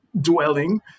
dwelling